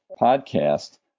podcast